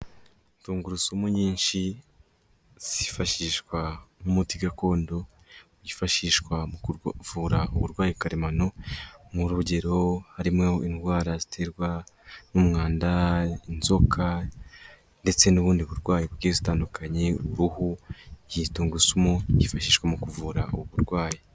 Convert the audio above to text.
Tungurusumu nyinshi zifashishwa nk'umuti gakondo zifashishwa mu kuvura uburwayi karemano, nk'urugero harimo indwara ziterwa n'umwanda, inzoka ndetse n'ubundi burwayi bugiye butandukanye, uruhu, izi tungurusumu zifashishwa mu kuvura uburwayi.